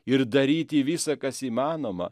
ir daryti visa kas įmanoma